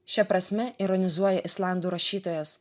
šia prasme ironizuoja islandų rašytojas